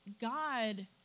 God